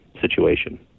situation